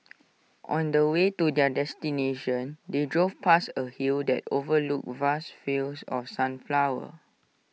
on the way to their destination they drove past A hill that overlooked vast fields of sunflowers